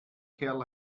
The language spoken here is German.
kerl